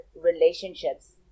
relationships